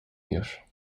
już